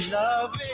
love